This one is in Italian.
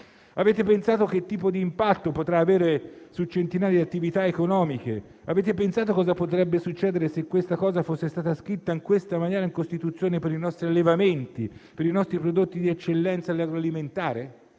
Avete pensato a che tipo di impatto potrà avere su centinaia di attività economiche? Avete pensato a cosa sarebbe potuto succedere se questa norma fosse stata scritta in questa maniera in Costituzione per i nostri allevamenti, per i nostri prodotti di eccellenza agroalimentare?